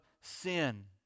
sin